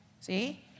See